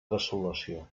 desolació